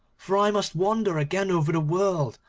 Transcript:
for i must wander again over the world,